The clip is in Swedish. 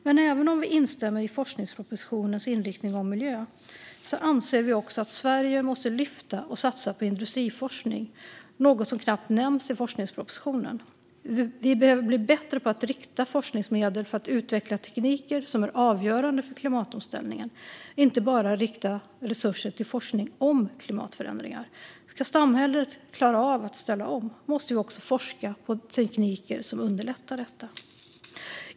Men även om vi instämmer i forskningspropositionens inriktning om miljö anser vi att Sverige måste lyfta och satsa på industriforskning, något som knappt nämns i forskningspropositionen. Vi behöver bli bättre på att rikta forskningsmedel för att utveckla tekniker som är avgörande för klimatomställningen, inte bara rikta resurser till forskning om klimatförändringar. Ska samhället klara av att ställa om måste vi också forska på tekniker som underlättar detta.